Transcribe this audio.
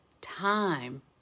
time